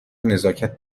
نزاکت